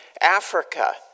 Africa